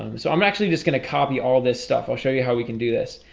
um so i'm actually just gonna copy all this stuff i'll show you how we can do this.